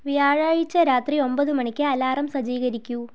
വ്യാഴാഴ്ച രാത്രി ഒമ്പത് മണിക്ക് അലാറം സജ്ജീകരിക്കൂ